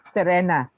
Serena